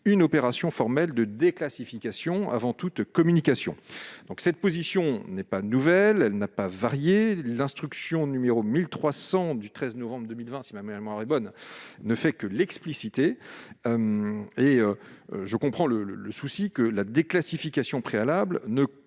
une opération formelle de déclassification avant toute communication. Cette position n'est pas nouvelle. Elle n'a pas varié. L'instruction n° 1300 du 13 novembre 2020 ne fait que l'expliciter. Je comprends le souci que la déclassification préalable n'entraîne